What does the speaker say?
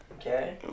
Okay